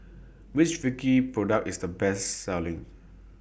Which Vichy Product IS The Best Selling